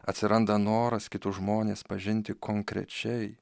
atsiranda noras kitus žmones pažinti konkrečiai